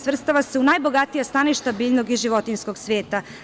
Svrstava se u najbogatija staništa biljnog i životinjskog sveta.